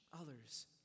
others